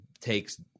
takes